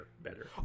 better